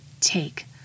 take